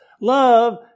Love